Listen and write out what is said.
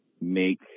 make